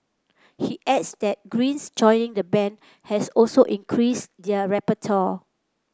he adds that Green's joining the band has also increased their repertoire